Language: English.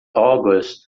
august